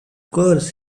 course